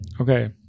Okay